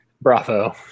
Bravo